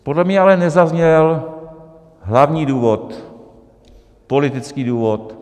Podle mě ale nezazněl hlavní důvod, politický důvod.